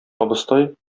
абыстай